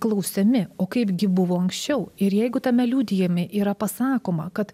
klausiami o kaipgi buvo anksčiau ir jeigu tame liudijame yra pasakoma kad